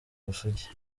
ubusugi